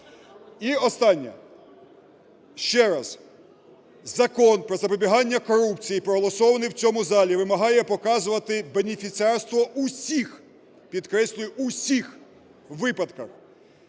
І останнє. Ще раз, Закон "Про запобігання корупції", проголосований у цьому залі, вимагає показувати бенефіціарство у всіх, підкреслюю, у всіх випадках: